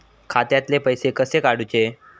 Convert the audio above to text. खात्यातले पैसे कसे काडूचे?